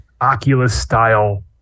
Oculus-style